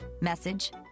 message